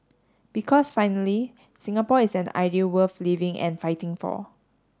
because finally Singapore is an idea worth living and fighting for